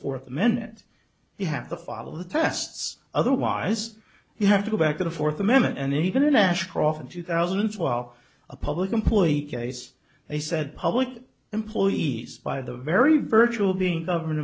fourth amendment you have to follow the tests otherwise you have to go back to the fourth amendment and even ashcroft in two thousand and twelve a public employee case he said public employees by the very virtual being government